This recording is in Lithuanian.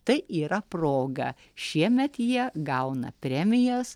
tai yra proga šiemet jie gauna premijas